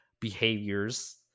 behaviors